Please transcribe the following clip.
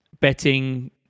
betting